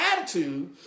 attitude